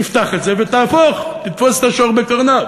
תפתח את זה ותהפוך, תתפוס את השור בקרניו,